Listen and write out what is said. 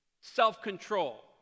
self-control